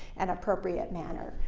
and appropriate manner.